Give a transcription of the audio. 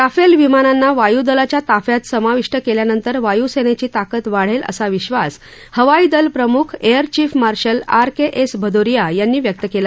Rafale विमानांना वायदलाच्या ताफ्यात समाविष्ट केल्यानंतर वाय्सेनेची ताकद वाढेल असा विश्वास हवाईदल प्रमुख air chief marshal R K S Bhadauria यांनी व्यक्त केला